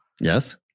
Yes